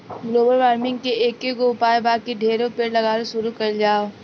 global warming के एकेगो उपाय बा की ढेरे पेड़ लगावल शुरू कइल जाव